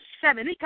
seven